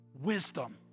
wisdom